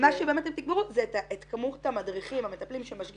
ומה שבאמת הם תגברו זה את כמות המדריכים המטפלים שמשגיחים,